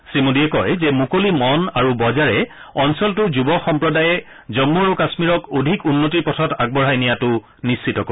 শ্ৰী মোদীয়ে কয় যে মুকলি মন আৰু বজাৰে অঞ্চলটোৰ যুৱ সম্প্ৰদায়ে জম্মু আৰু কাশ্মীৰক অধিক উন্নতিৰ পথত আগবঢ়াই নিয়াটো নিশ্চিত কৰিব